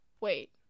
wait